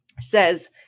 says